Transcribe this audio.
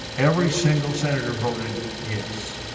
every single senator voted, yes,